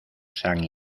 san